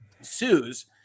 sues